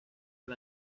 del